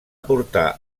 portar